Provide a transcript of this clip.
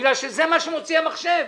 בגלל שזה מה שמוציא המחשב.